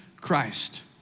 Christ